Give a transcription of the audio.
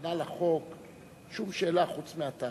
בהכנה לַחוק שום שאלה חוץ מהתאריך.